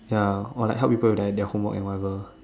ya or like help people with like their homework or whatever